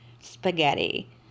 spaghetti